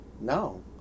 No